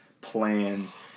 plans